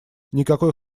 никакой